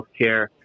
healthcare